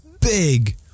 Big